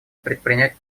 предпринять